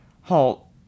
HALT